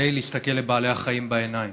כדי להסתכל לבעלי החיים בעיניים.